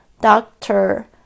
Doctor